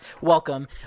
Welcome